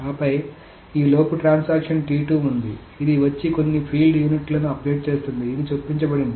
ఆపై ఈలోపు ట్రాన్సాక్షన్ ఇది వచ్చి కొన్ని ఫీల్డ్ యూనిట్లను అప్డేట్ చేస్తుంది ఇది చొప్పించబడింది